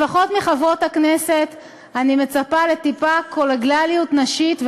לפחות מחברות הכנסת אני מצפה לטיפה קולגיאליות נשית,